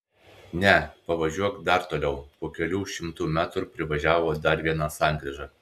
ne pavažiuok dar toliau po kelių šimtų metrų privažiavo dar vieną sankryžą